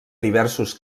diversos